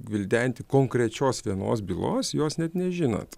gvildenti konkrečios vienos bylos jos net nežinant